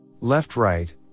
Left-right